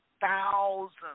thousands